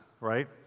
right